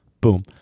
Boom